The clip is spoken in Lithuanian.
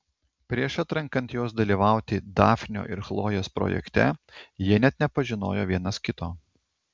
prieš atrenkant juos dalyvauti dafnio ir chlojės projekte jie net nepažinojo vienas kito